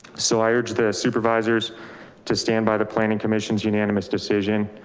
so i urge the supervisors to stand by the planning commission's unanimous decision.